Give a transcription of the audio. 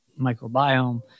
microbiome